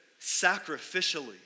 sacrificially